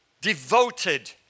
Devoted